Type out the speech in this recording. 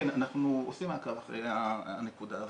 כן, אנחנו עושים מעקב אחרי הנקודה הזאת.